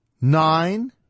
nine